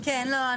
לא,